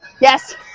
Yes